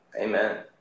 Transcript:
Amen